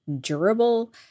durable